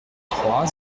trois